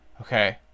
okay